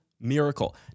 miracle